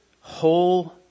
whole